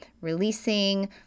releasing